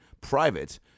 private